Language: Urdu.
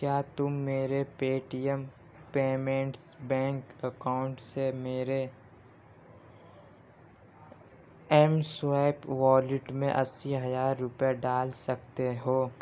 کیا تم میرے Paytm payments bank account سے میرے ایم سوائیپ والیٹ میں اسی ہزار روپے ڈال سکتے ہو